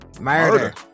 murder